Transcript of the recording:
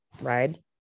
ride